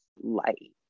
light